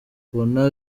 ukabona